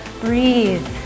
Breathe